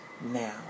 now